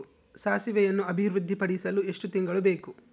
ಸಾಸಿವೆಯನ್ನು ಅಭಿವೃದ್ಧಿಪಡಿಸಲು ಎಷ್ಟು ತಿಂಗಳು ಬೇಕು?